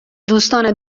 دوستان